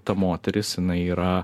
ta moteris jinai yra